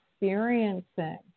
experiencing